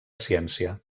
ciència